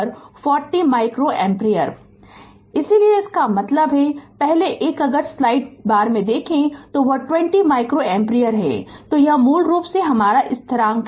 Refer slide time 0527 इसलिए इसका मतलब है पहले एक अगर स्लाइड बार देखें कि वह 20 माइक्रोएम्पियर है तो यह मूल रूप से हमारा स्थिरांक है